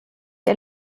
der